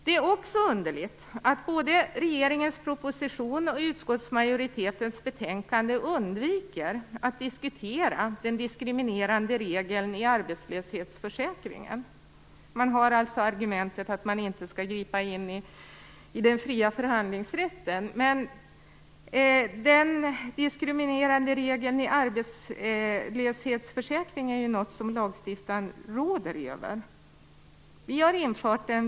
Det är också underligt att både regeringens proposition och utskottsmajoritetens betänkande undviker att diskutera den diskriminerande regeln i arbetslöshetsförsäkringen. Man har argumentet att man inte skall gripa in i den fria förhandlingsrätten, men den diskriminerande regeln i arbetslöshetsförsäkringen råder ju lagstiftaren över. Vi har infört den.